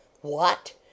What